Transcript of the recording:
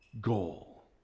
goal